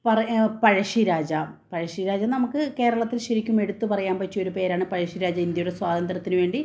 പറയ് പഴശ്ശിരാജ പഴശ്ശിരാജ നമുക്ക് കേരളത്തിൽ ശരിക്കും എടുത്ത് പറയാന് പറ്റിയ ഒരു പേരാണ് പഴശ്ശിരാജ ഇന്ത്യയുടെ സ്വാതന്ത്യത്തിന് വേണ്ടി